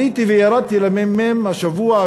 עליתי וירדתי לממ"מ השבוע,